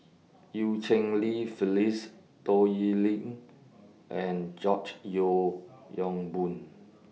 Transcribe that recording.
EU Cheng Li Phyllis Toh Yiling and George Yeo Yong Boon